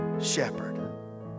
shepherd